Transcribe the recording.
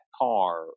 car